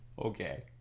Okay